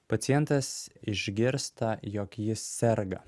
pacientas išgirsta jog jis serga